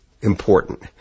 important